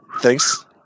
Thanks